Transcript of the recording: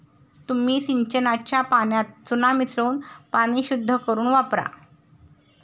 तुम्ही सिंचनाच्या पाण्यात चुना मिसळून पाणी शुद्ध करुन वापरा